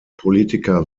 politiker